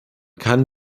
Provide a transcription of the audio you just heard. kann